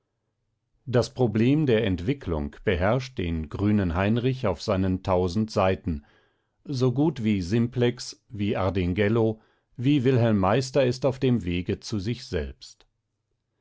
das problem der entwicklung beherrscht den grünen heinrich auf seinen tausend seiten so gut wie simplex wie ardinghello wie wilhelm meister ist er auf dem wege zu sich selbst